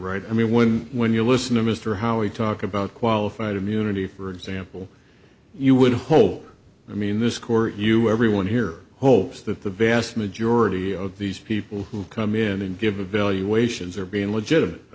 right i mean when when you listen to mr howard talk about qualified immunity for example you would hope i mean this core you everyone here hopes that the best majority of these people who come in and give the valuations are being legitimate i